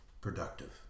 Productive